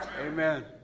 Amen